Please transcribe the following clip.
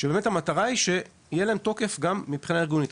כשהמטרה היא שיהיה להם תוקף גם מבחינה ארגונית.